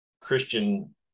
Christian